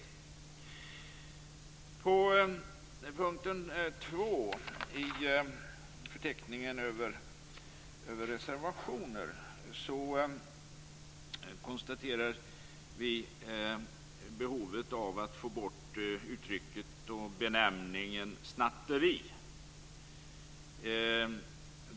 Under punkt 2 i förteckningen över reservationer konstaterar vi behovet av att få bort benämningen snatteri.